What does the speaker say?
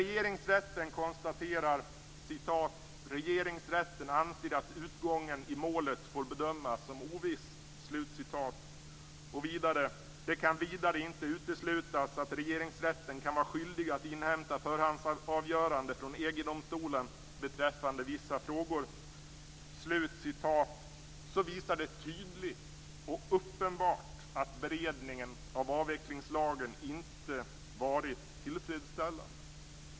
Regeringsrätten konstaterar att Regeringsrätten anser att utgången i målet får bedömas som oviss. Vidare säger man: "Det kan vidare inte uteslutas att Regeringsrätten kan vara skyldig att inhämta förhandsavgörande från EG-domstolen beträffande vissa frågor". Detta visar tydligt, det är uppenbart, att beredningen av avvecklingslagen inte har varit tillfredsställande.